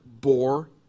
bore